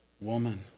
woman